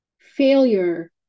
failure